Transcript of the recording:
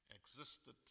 Existed